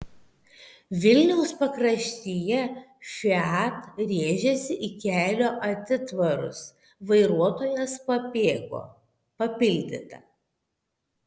vilniaus pakraštyje fiat rėžėsi į kelio atitvarus vairuotojas pabėgo papildyta